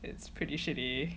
it's pretty shitty